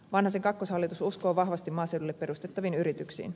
vanhasen kakkoshallitus uskoo vahvasti maaseudulle perustettaviin yrityksiin